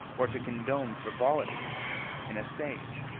or to condone frivolity in a sage.